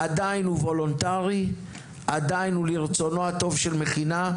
היא עדיין וולונטרית; היא עדיין לרצונה הטוב של מכינה,